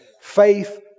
Faith